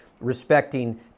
respecting